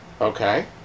Okay